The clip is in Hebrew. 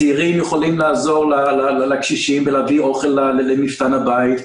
הצעירים יכולים לעזור לקשישים ולהביא אוכל למפתן הבית.